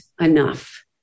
enough